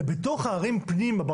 ובתוך הערים פנימה,